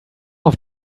auf